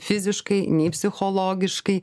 fiziškai nei psichologiškai